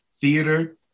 theater